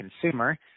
consumer